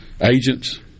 agents